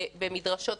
במדרשות?